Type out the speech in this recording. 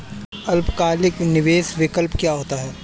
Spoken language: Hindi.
अल्पकालिक निवेश विकल्प क्या होता है?